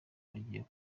bagiye